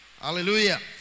Hallelujah